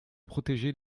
protéger